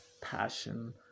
passion